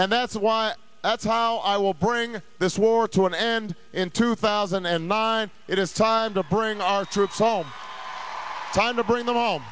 and that's why that's how i will bring this war to an end in two thousand and nine it is time to bring our troops home than to bring them home